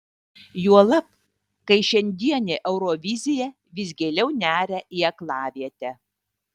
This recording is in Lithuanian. juolab kai šiandienė eurovizija vis giliau neria į aklavietę